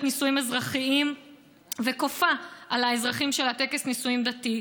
נישואים אזרחיים וכופה על האזרחים שלה טקס נישואים דתי.